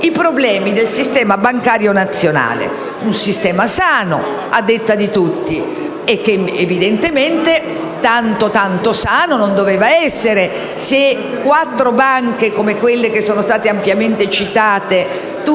i problemi del sistema bancario nazionale: un sistema sano, a detta di tutti, ma che evidentemente proprio tanto sano non doveva essere, se quattro banche, come quelle che sono state ampiamente citate,